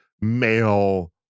male